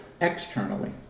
externally